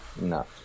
No